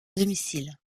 domicile